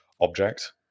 object